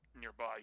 nearby